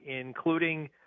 including